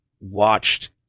watched